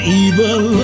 evil